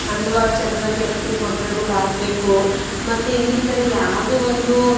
ಅಂದ್ವಾಗಿ ಚೆಂದ್ವಾಗಿ ಅದಕ್ಕೆ ಗೊಬ್ರಗಳು ಹಾಕ್ಬೇಕು ಮತ್ತೆ ಇನ್ನಿತತೆ ಯಾವುದೇ ಒಂದು